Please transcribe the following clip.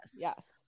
Yes